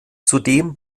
zudem